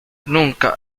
nunca